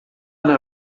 anar